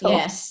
Yes